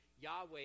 Yahweh